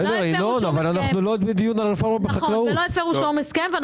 לא הפרו שום הסכם.